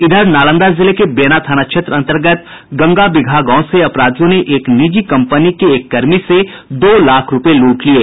इधर नालंदा जिले के बेना थाना क्षेत्र अंतर्गत गंगा बिगहा गांव से अपराधियों ने एक निजी कंपनी के एक कर्मी से दो लाख रूपये लूट लिये